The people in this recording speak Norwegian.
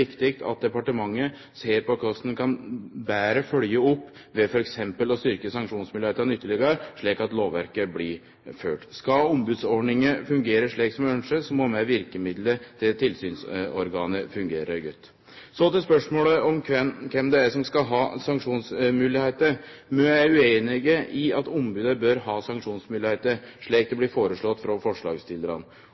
viktig at departementet ser på korleis ein betre kan følgje opp, ved f.eks. å styrkje sanksjonsmoglegheitene ytterlegare, slik at lovverket blir følgt. Skal ombodsordninga fungere slik vi ønskjer, må også verkemidla til tilsynsorgana fungere godt. Så til spørsmålet om kven det er som skal ha sanksjonsmoglegheiter. Vi er ueinige i at ombodet bør ha sanksjonsmoglegheiter, slik det blir foreslått frå forslagsstillarane.